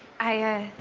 i, ah,